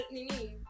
Nini